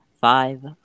Five